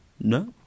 No